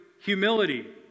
humility